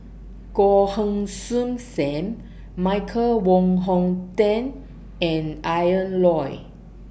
Goh Heng Soon SAM Michael Wong Hong Teng and Ian Loy